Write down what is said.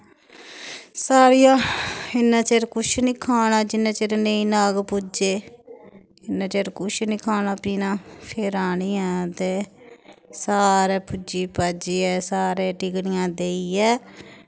सारियां इ'न्ना चिर कुछ नी खाना जिन्ना चिर नेईं नाग पूजे इन्नै चिर कुछ नी खाना पीना फिर आनियै ते सारे पूजी पाजियै सारे टिकड़ियां देइयै